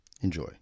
Enjoy